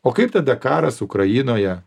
o kaip tada karas ukrainoje